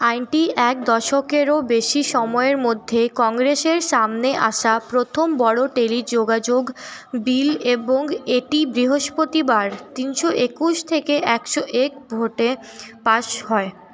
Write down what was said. আইনটি এক দশকেরও বেশি সময়ের মধ্যে কংগ্রেসের সামনে আসা প্রথম বড়ো টেলিযোগাযোগ বিল এবং এটি বৃহস্পতিবার তিনশো একুশ থেকে একশো এক ভোটে পাস হয়